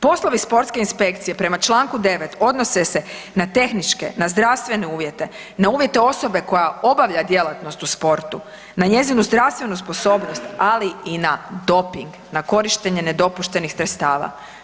Poslovi sportske inspekcije prema čl. 9. odnose se na tehničke, na zdravstvene uvjete, na uvjete osobe koja obavlja djelatnost u sportu, na njezinu zdravstvenu sposobnost, ali i na doping, na korištenje nedopuštenih sredstava.